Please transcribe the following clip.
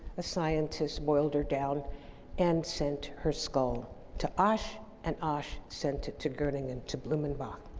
a scientist boiled her down and sent her skull to asch and asch sent it to gottingen to blumenbach.